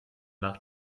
nach